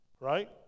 right